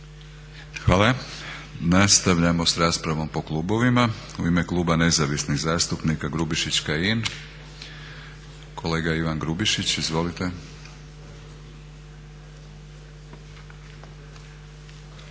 Hvala. Nastavljamo s raspravom po klubovima. U ime kluba Nezavisnih zastupnika Grubišić, Kajin kolega Ivan Grubišić. Izvolite.